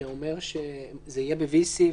שאומר שזה יהיה ב-VC,